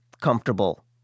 comfortable